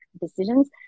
decisions